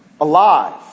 alive